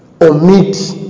omit